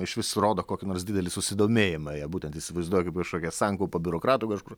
iš vis rodo kokį nors didelį susidomėjimą ja būtent įsivaizduokim kažkokia sankaupa biurokratų kažkur